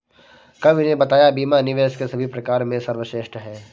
कवि ने बताया बीमा निवेश के सभी प्रकार में सर्वश्रेष्ठ है